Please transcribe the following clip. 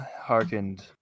hearkened